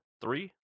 three